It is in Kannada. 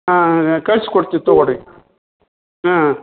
ಹಾಂ ಕಳ್ಸ್ಕೊಡ್ತೀವಿ ತಗೊಳ್ರಿ ಹಾಂ